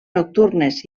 nocturnes